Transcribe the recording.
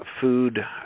food